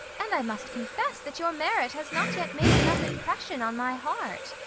and i must confess that your merit has not yet made enough impression on my heart.